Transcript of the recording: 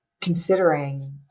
considering